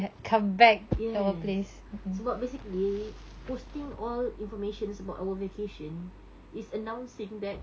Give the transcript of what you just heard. yes sebab basically posting all informations about our vacation is announcing that